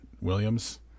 Williams